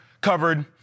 covered